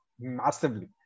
massively